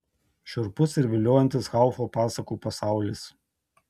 šiurpus ir viliojantis haufo pasakų pasaulis